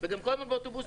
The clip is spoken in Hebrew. וגם כל הזמן באוטובוסים.